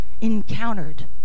encountered